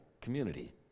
community